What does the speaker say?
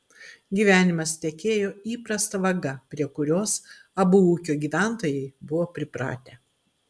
gyvenimas tekėjo įprasta vaga prie kurios abu ūkio gyventojai buvo pripratę